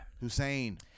Hussein